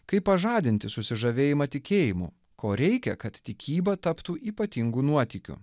kaip pažadinti susižavėjimą tikėjimu ko reikia kad tikyba taptų ypatingu nuotykiu